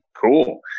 cool